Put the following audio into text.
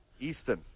Easton